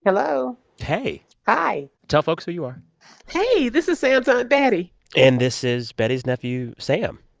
hello hey hi tell folks who you are hey. this is sam's aunt betty and this is betty's nephew, sam.